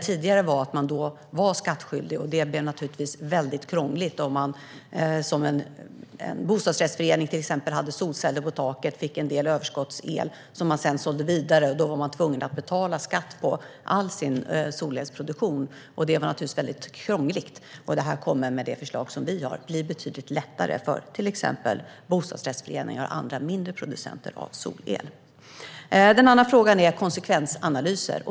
Tidigare var man då skattskyldig, och det blev naturligtvis väldigt krångligt om till exempel en bostadsrättsförening hade solceller på taket och fick en del överskottsel som man sedan sålde vidare. Då var man tvungen att betala skatt på all sin solelsproduktion, och det var väldigt krångligt. Med vårt förslag kommer det att bli betydligt lättare för till exempel bostadsrättsföreningar och andra mindre producenter av solel. Den andra frågan är konsekvensanalyser.